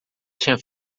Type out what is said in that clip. tinha